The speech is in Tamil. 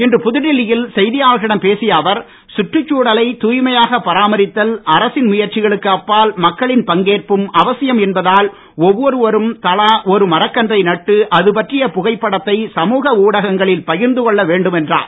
இன்று புதுடெல்லியில் செய்தியாளர்களிடம் பேசிய அவர் சுற்றுச்சூழலை தாய்மையாக பராமரிப்பதில் அரசின் முயற்சிகளுக்கு அப்பால் மக்களின் பங்கேற்பும் அவசியம் என்பதால் ஒவ்வொருவரும் தலா ஒரு மரக் கன்றை நட்டு அதுபற்றிய புகைப்படத்தை சமூக ஊடகங்களில் பகிர்ந்து கொள்ள வேண்டும் என்றார்